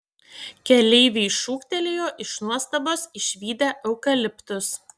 keleiviai šūktelėjo iš nuostabos išvydę eukaliptus